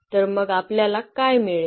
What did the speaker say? तर मग आपल्याला काय मिळेल